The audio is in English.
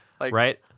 Right